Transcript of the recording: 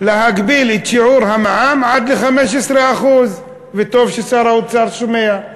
להגביל את שיעור המע"מ עד ל-15% וטוב ששר האוצר שומע,